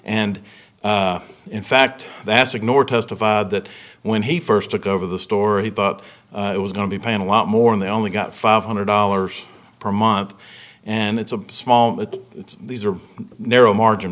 and in fact that's ignored testified that when he first took over the story he thought it was going to be paying a lot more and they only got five hundred dollars per month and it's a small these are narrow margin